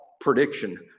prediction